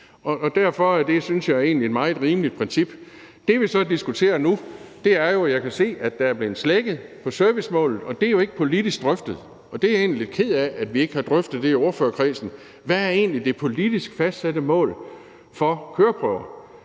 synes jeg egentlig er et meget rimeligt princip. Det, vi så diskuterer nu, er jo det, som jeg kan se der er blevet slækket på, nemlig servicemålet. Det er jo ikke politisk drøftet, og det er jeg egentlig lidt ked af at vi ikke har drøftet i ordførerkredsen. Hvad er egentlig det politisk fastsatte mål for køreprøver?